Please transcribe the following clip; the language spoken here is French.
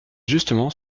justement